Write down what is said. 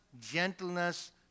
gentleness